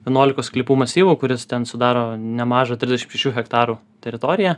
vienuolikos sklypų masyvu kuris ten sudaro nemažą trisdešim šešių hektarų teritoriją